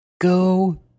go